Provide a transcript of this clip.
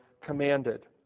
commanded